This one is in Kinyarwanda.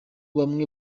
bamwe